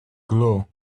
glue